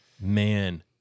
man